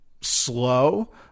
slow